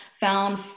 found